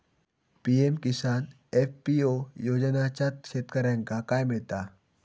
PM Kisan FPO योजनाच्यात शेतकऱ्यांका काय मिळता?